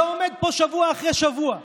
אתה עומד פה שבוע אחרי שבוע,